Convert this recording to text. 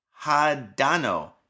Hadano